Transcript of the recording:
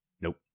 Nope